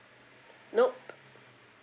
nope